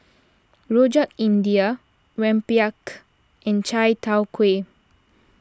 Rojak India Rempeyek and Chai Tow Kway